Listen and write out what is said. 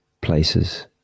places